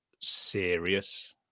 serious